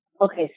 okay